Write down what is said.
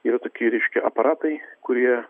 yra tokie reiškia aparatai kurie